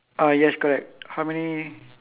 yes correct yes